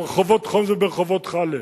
ברחובות חומס וברחובות חאלב.